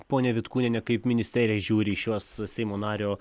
ponia vitkūniene kaip ministerija žiūri į šiuos seimo nario